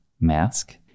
mask